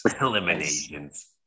Eliminations